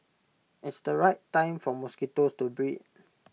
it's the right time for mosquitoes to breed